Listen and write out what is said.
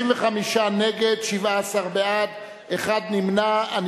35 נגד, 17 בעד, נמנע אחד.